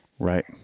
Right